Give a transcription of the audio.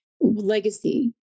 legacy